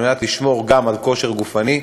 על מנת לשמור על כושר גופני,